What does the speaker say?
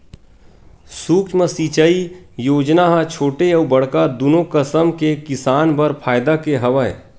सुक्ष्म सिंचई योजना ह छोटे अउ बड़का दुनो कसम के किसान बर फायदा के हवय